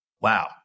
Wow